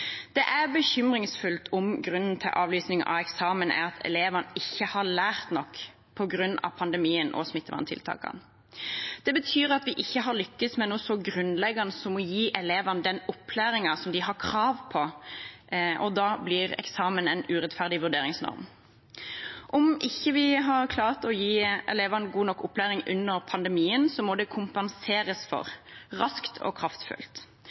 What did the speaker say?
Det er bekymringsfullt om grunnen til avlysning av eksamen er at elevene ikke har lært nok på grunn av pandemien og smitteverntiltakene. Det betyr at vi ikke har lykkes med noe så grunnleggende som å gi elevene den opplæringen som de har krav på. Da blir eksamen en urettferdig vurderingsform. Om vi ikke har klart å gi elevene god nok opplæring under pandemien, må det kompenseres for, raskt og kraftfullt,